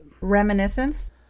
Reminiscence